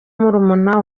murumuna